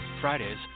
Fridays